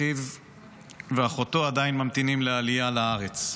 אחיו ואחותו עדיין ממתינים לעלייה לארץ.